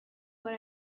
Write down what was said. what